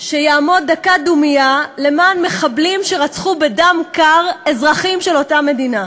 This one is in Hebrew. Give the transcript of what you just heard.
שיעמוד דקת דומייה למען מחבלים שרצחו בדם קר אזרחים של אותה מדינה.